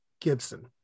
Gibson